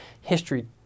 History